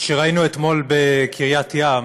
שראינו אתמול בקריית ים